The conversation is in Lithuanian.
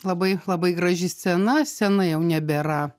labai labai graži scena senai jau nebėra